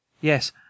Yes